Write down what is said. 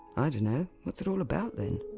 i don't know, what's it all about then?